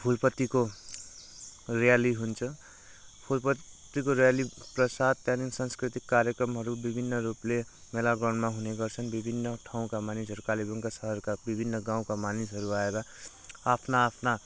फुलपातीको ऱ्याली हुन्छ फुलपातीको रयालीका साथ त्यहाँदेखिन् सांस्कृतिक कार्यक्रमहरू विभिन्न रूपले मेला ग्राउन्डमा हुने गर्छन् विभिन्न ठाउँका मानिसहरू कालेबुङका सहरका विभिन्न गाउँका मानिसहरू आएर आफना आफना